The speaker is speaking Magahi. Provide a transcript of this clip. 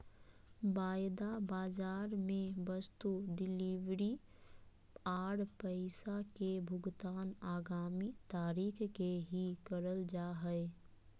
वायदा बाजार मे वस्तु डिलीवरी आर पैसा के भुगतान आगामी तारीख के ही करल जा हय